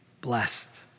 blessed